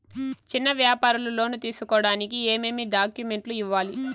చిన్న వ్యాపారులు లోను తీసుకోడానికి ఏమేమి డాక్యుమెంట్లు ఇవ్వాలి?